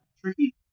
Tricky